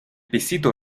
pisito